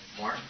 More